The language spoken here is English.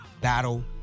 battle